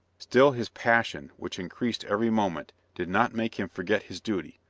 still his passion, which increased every moment, did not make him forget his duty.